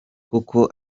kuko